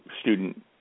student